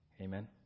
Amen